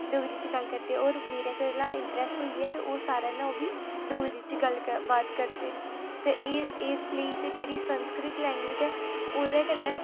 डोगरी च गल्ल करदे होर मेरे कोला इम्प्रेस होइयै ते ओह् सारे नै ओह् बी डोगरी च गल्ल बात करदे न ते इस लेई जेह्ड़ी संस्कृत लैंग्वेज़ ऐ ओह्दे कन्नै साढ़ी